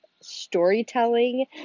storytelling